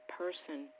person